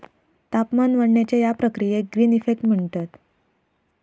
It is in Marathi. तापमान वाढण्याच्या या प्रक्रियेक ग्रीन इफेक्ट म्हणतत